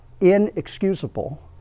inexcusable